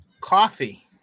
Coffee